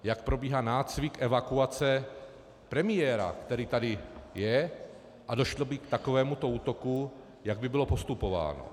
Jak probíhá nácvik evakuace premiéra, který tady je, a došlo by k takovémuto útoku, jak by bylo postupováno.